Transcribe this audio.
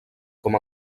com